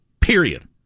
Period